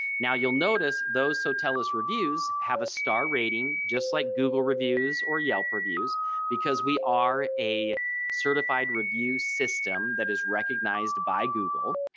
now you'll notice those sotellus reviews have a star rating just like google reviews or yelp reviews because we are a certified review system that is recognized by google.